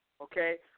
Okay